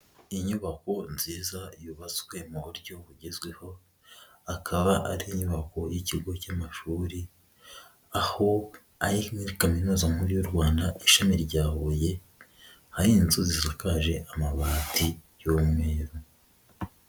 Inyubako nziza yubatswe mu buryo bugezweho, akaba ari inyubako y'ikigo cy'amashuri, aho ari muri kaminuza nkuru y'u Rwanda ishami rya Huye, aho inzu zisakaje amabati y'umweru.